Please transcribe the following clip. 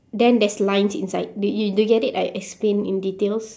then there's lines inside did you did you get it I explain in details